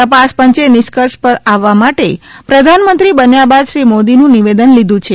તપાસ પંચે નિષ્કર્ષ પર આવવા માટે પ્રધાનમંત્રી બન્યા બાદ શ્રી મોદીનું નિવેદન લીધું છે